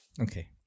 Okay